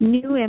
New